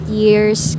years